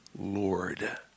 Lord